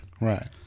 Right